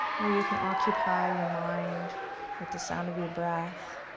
where you can occupy your mind with the sound of your breath,